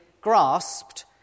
grasped